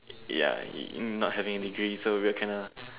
ya not having a degree so we're kind of